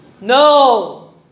No